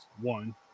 one